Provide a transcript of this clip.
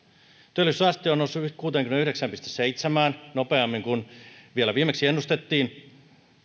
työllisyysaste on noussut kuuteenkymmeneenyhdeksään pilkku seitsemään nopeammin kuin vielä viimeksi ennustettiin